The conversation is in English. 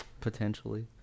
Potentially